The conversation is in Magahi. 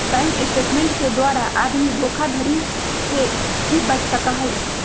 बैंक स्टेटमेंट के द्वारा आदमी धोखाधडी से भी बच सका हई